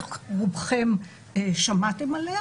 בטח רובכם שמעתם עליה